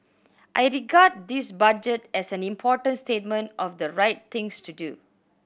I regard this Budget as an important statement of the right things to do